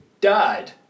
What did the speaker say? Died